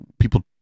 people